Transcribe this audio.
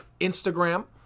instagram